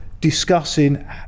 discussing